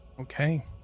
Okay